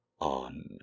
on